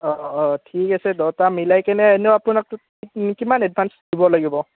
অঁ অঁ ঠিক আছে দুইটা মিলাই কেনে এনেই আপোনাক কিমান এডভা্ঞ্চ দিব লাগিব